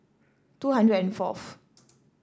two hundred and fourth